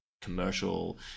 commercial